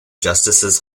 justices